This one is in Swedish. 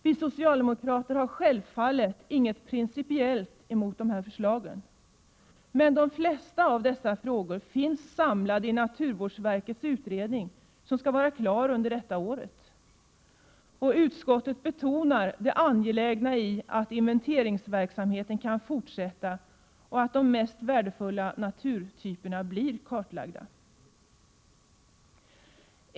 Vi socialdemokrater har självfallet inget principiellt emot dessa förslag, men de flesta av dessa frågor finns samlade i naturvårdsverkets utredning, som skall vara klar under detta år. Utskottet betonar det angelägna i att inventeringsverksamheten kan fortsätta och att de mest värdefulla naturtyperna blir kartlagda.